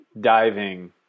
diving